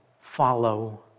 follow